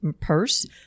purse